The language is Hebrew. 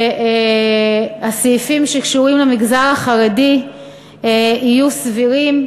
שהסעיפים שקשורים למגזר החרדי יהיו סבירים,